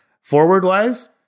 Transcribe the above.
Forward-wise